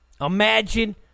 Imagine